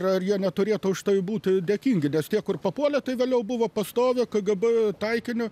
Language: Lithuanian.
ar jie neturėtų už tai būti dėkingi nes tie kur papuolė tai vėliau buvo pastoviu kgb taikiniu